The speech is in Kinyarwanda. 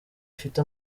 ifite